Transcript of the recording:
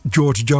George